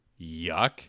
yuck